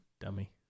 Dummy